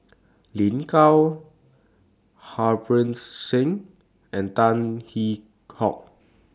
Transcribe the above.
Lin Gao Harbans Singh and Tan Hwee Hock